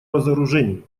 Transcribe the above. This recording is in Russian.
разоружению